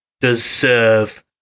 deserve